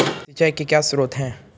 सिंचाई के क्या स्रोत हैं?